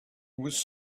was